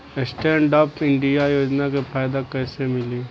Stand up India योजना के फायदा कैसे मिली?